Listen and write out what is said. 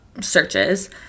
searches